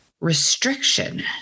restriction